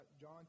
John